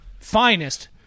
finest